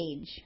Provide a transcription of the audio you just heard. age